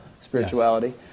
spirituality